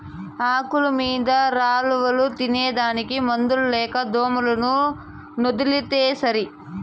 ఆకుల కింద లారవాలు తినేదానికి మందులేల దోమలనొదిలితే సరి